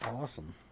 awesome